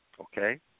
Okay